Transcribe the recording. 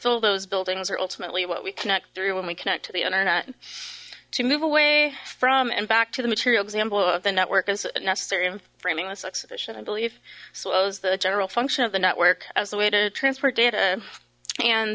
fill those buildings are ultimately what we connect through when we connect to the internet to move away from and back to the material example of the network as necessary in framing this exhibition i believe so i was the general function of the network as a way to transport data and